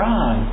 on